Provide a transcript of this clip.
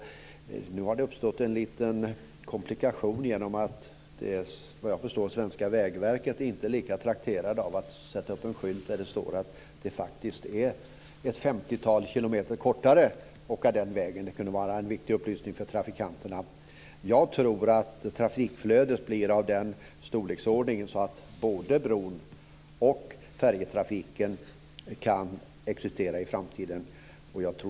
Det har nu uppstått en liten komplikation genom att såvitt jag förstår det svenska vägverket inte är så trakterat av att sätta upp en skylt där det står att det faktiskt är ett femtiotal kilometer kortare att åka den vägen. Det kunde vara en nyttig upplysning för trafikanterna. Jag tror att trafikflödet blir av den storleksordningen att både bron och färjetrafiken kan existera i framtiden.